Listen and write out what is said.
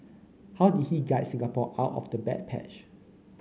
how did he guide Singapore out of the bad patch